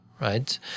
right